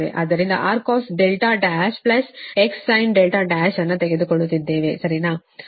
ಆದ್ದರಿಂದ Rcos 1 plus Xsin 1ವನ್ನು ತೆಗೆದುಕೊಳ್ಳುತ್ತಿದ್ದೇವೆ ⁡ ಸರಿನಾ